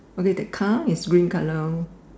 okay the car is green colour